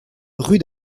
rue